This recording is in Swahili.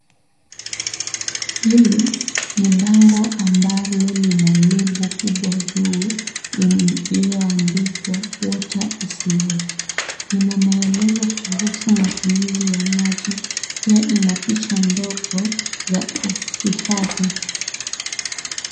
Hili ni bango ambalo lina lebo kubwa juu iliyoandikwa water is life ina mealezo kuhusu matumizi ya maji, pia ina picha ndogo za uhifadhi.